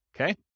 Okay